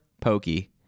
pokey